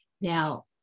Now